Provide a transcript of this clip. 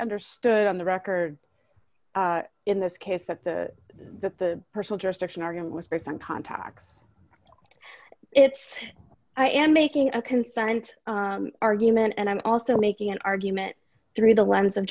understood on the record in this case that the that the personal jurisdiction argument was person contact if i am making a consent argument and i'm also making an argument through the lens of